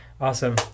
awesome